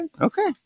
okay